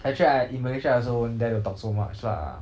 actually I in malaysia I also won't dare to talk so much lah